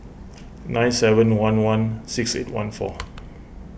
nine seven one one six eight one four